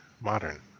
modern